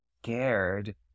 scared